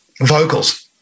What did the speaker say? vocals